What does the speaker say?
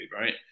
right